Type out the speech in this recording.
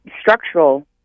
structural